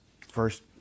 first